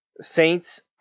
Saints